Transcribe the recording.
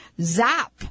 zap